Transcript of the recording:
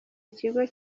ikigo